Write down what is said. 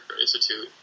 institute